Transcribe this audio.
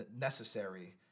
necessary